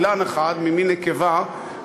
אילן אחד ממין נקבה,